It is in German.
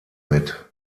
mit